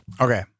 Okay